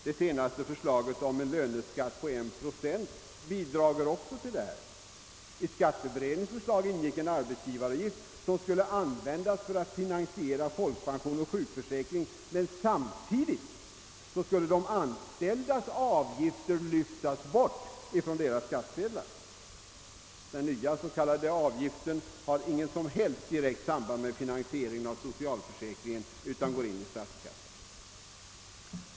Det senaste förslaget om en löneskatt på 1 procent bidrar härtill. I skatteberedningens förslag ingick en arbetsgivaravgift som skulle användas för att finansiera folkpension och sjukförsäkring, ock samtidigt skulle de anställdas avgifter i stor utsträckning lyftas bort från deras skattsedlar. Den nya avgiften har inget som helst direkt samband med finansieringen av socialförsäkringen utan går in i statskassan.